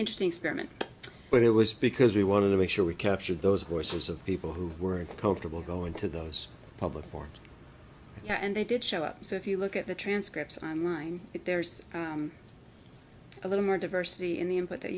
interesting experiment but it was because we wanted to make sure we captured those courses of people who were comfortable go into those public for you and they did show up so if you look at the transcripts on line there's a little more diversity in the input that